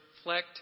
reflect